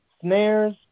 snares